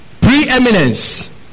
Preeminence